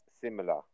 similar